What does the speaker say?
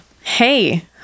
hey